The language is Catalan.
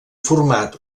format